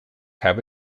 have